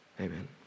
amen